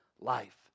life